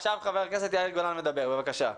חבר הכנסת יאיר גולן, בבקשה.